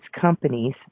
companies